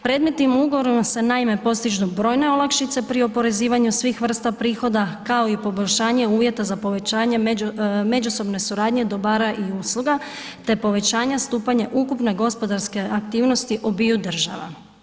Predmetnim ugovorima se, naime, postižu brojne olakšice pri oporezivanju svih vrsta prihoda, kao i poboljšanje uvjeta za povećanje međusobne suradnje dobara i usluga te povećanja stupanja ukupne gospodarske aktivnosti obiju država.